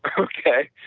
ah okay?